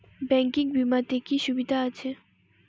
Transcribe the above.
Banking বিমাতে কি কি সুবিধা আছে?